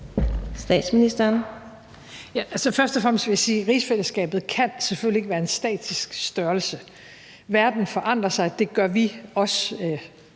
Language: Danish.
Frederiksen): Først og fremmest vil jeg sige, at rigsfællesskabet ikke kan være en statisk størrelse. Verden forandrer sig. Det gør vi også